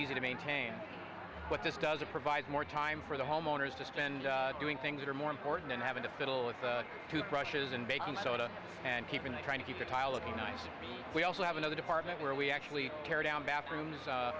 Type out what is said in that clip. easy to maintain but this doesn't provide more time for the homeowners to spend doing things that are more important than having to fiddle with the toothbrushes and baking soda and keeping the trying to keep the tile if you know we also have another department where we actually care down bathrooms